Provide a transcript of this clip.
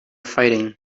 fighting